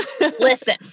Listen